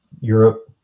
europe